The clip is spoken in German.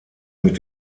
mit